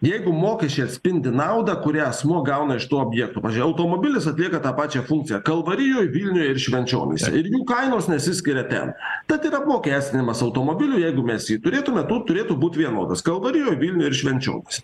jeigu mokesčiai atspindi naudą kurią asmuo gauna iš tų objektų pavyzdžiui automobilis atlieka tą pačią funkciją kalvarijoj vilniuj ir švenčionyse kainos nesiskiria ten tad ir apmokestinimas automobilių jeigu mes jį turėtume to turėtų būt vienodas kalvarijoj vilniuj ir švenčionyse